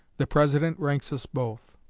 the president ranks us both.